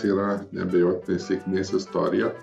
yra neabejotinai sėkmės istorija